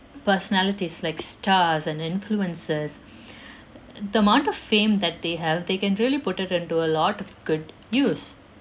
personalities like stars and influencers the amount of fame that they held they can really put it into a lot of good use